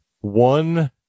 one